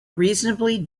reasonably